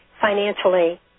financially